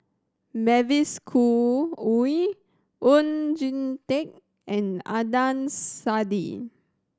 Mavis Khoo Oei Oon Jin Teik and Adnan Saidi